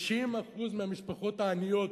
50% מהמשפחות העניות,